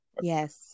yes